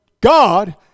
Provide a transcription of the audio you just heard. God